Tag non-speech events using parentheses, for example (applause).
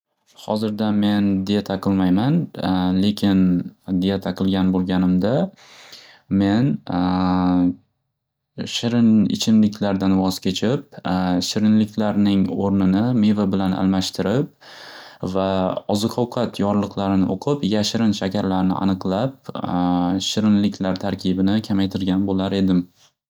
Xozirda men dieta qilmayman (hesitation) lekin dieta qilgan bo'lganimda men (hesitation) shirin ichimliklardan vos kechib (hesitation) shirinliklarning o'rnini meva bilan almashtirib va oziq ovqat yorliqlarini o'qib yashirin shakarlarni aniqlab (hesitation) shirinliklar tarkibini kamaytirgan bo'lar edim.